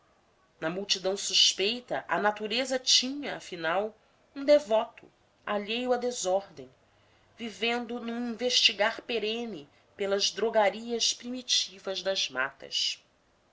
na multidão suspeita a natureza tinha afinal um devoto alheio à desordem vivendo num investigar perene pelas drogarias primitivas das matas